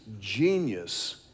genius